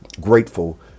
grateful